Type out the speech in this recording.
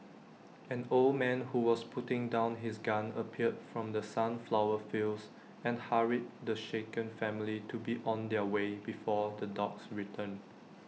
an old man who was putting down his gun appeared from the sunflower fields and hurried the shaken family to be on their way before the dogs return